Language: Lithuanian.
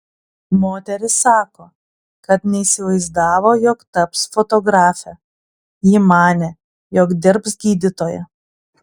moteris sako kad neįsivaizdavo jog taps fotografe ji manė jog dirbs gydytoja